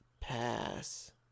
pass